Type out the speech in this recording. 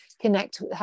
connect